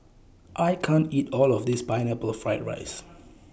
I can't eat All of This Pineapple Fried Rice